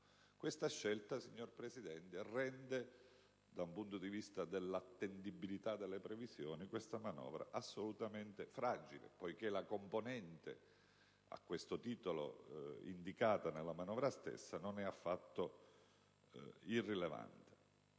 Questa scelta, signor Presidente, rende da un punto di vista dell'attendibilità delle previsioni questa manovra assolutamente fragile poiché la componente a questo titolo indicata dalla manovra stessa non è affatto irrilevante.